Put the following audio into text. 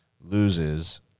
loses